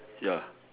ya